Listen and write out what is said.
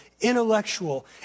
intellectual